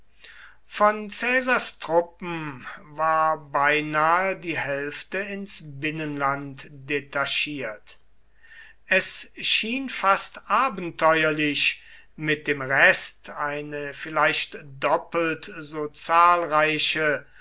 von caesars truppen war beinahe die hälfte ins binnenland detachiert es schien fast abenteuerlich mit dem rest eine vielleicht doppelt so zahlreiche